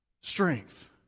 strength